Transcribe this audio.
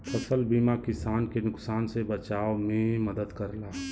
फसल बीमा किसान के नुकसान से बचाव में मदद करला